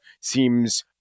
seems